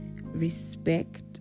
respect